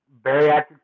bariatric